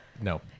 no